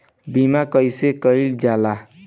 बीमा कइसे कइल जाला?